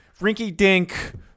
rinky-dink